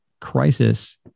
crisis